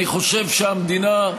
אני חושב שהמדינה,